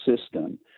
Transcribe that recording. system